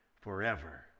forever